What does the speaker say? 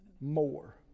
More